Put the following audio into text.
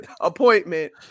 Appointment